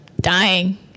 dying